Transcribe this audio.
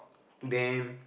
to them